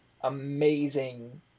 amazing